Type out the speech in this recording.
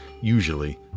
usually